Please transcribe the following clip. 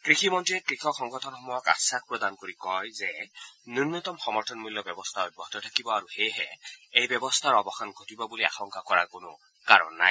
কৃষি মন্ত্ৰীয়ে কৃষকসংগঠনসমূহক আখাস প্ৰদান কৰি কয় যে ন্যনতম সমৰ্থন মূল্য ব্যৱস্থা অব্যাহত থাকিব আৰু সেয়েহে এই ব্যৱস্থাৰ অৱসান ঘটিব বুলি আশংকা কৰাৰ কোনো কাৰণ নাই